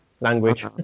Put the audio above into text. language